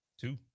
Two